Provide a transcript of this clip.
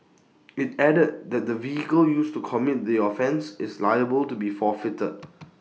IT added that the vehicle used to commit the offence is liable to be forfeited